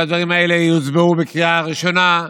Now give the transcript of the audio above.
שהדברים האלה יוצבעו בקריאה ראשונה,